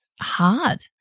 hard